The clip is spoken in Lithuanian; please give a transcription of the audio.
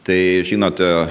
tai žinote